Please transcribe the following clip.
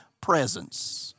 presence